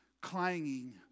clanging